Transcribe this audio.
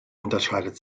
unterscheidet